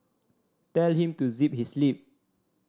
tell him to zip his lip